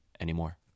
anymore